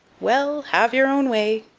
well, have your own way.